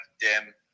dim